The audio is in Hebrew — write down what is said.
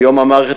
כיום המערכת